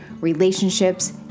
relationships